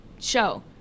show